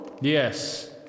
Yes